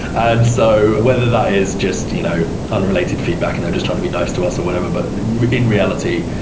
and so whether that is just you know unrelated feedback and they're just trying to be nice to us or whatever, but in reality,